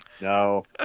no